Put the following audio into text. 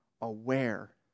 aware